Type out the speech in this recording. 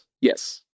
yes